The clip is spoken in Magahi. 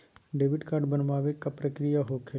डेबिट कार्ड बनवाने के का प्रक्रिया होखेला?